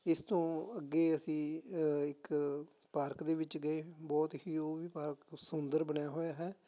ਇਸ ਤੋਂ ਅੱਗੇ ਅਸੀਂ ਇੱਕ ਪਾਰਕ ਦੇ ਵਿੱਚ ਗਏ ਬਹੁਤ ਹੀ ਉਹ ਵੀ ਪਾਰਕ ਸੁੰਦਰ ਬਣਿਆ ਹੋਇਆ ਹੈ